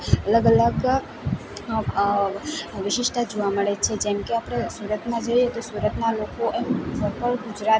અલગ અલગ અ વિશિષ્ટતા જોવા મળે છે જેમકે આપણે સુરતમાં જોઈએ તો સુરતમાં લોકો એમ સફળ ગુજરાતી